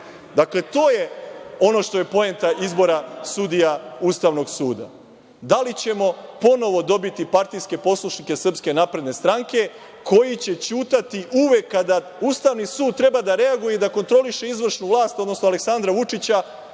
to je ono što je poenta izbora sudija Ustavnog suda. Da li ćemo ponovo dobiti partijske poslušnike Srpske napredne stranke, koji će ćutati uvek kada Ustavni sud treba da reaguje i da kontroliše izvršnu vlast, odnosno Aleksandra Vučića,